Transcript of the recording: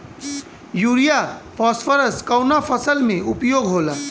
Urea phosphorus कवना फ़सल में उपयोग होला?